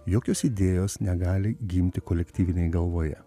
jokios idėjos negali gimti kolektyvinėj galvoje